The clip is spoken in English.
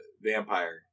Vampire